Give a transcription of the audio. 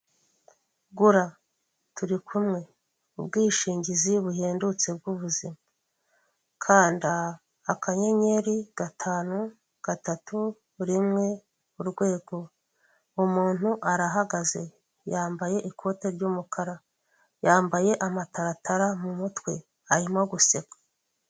Ahangaha bari kutwereka abantu benshi, abo bantu benshi biragaragara ko bari mu isoko bari gucuruza ,iryo soko rirageretse, harimo abantu bambaye imyenda y'umukara.